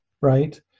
right